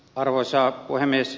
arvoisa puhemies